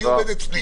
אני עובד אצלי.